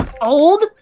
Old